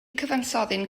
cyfansoddyn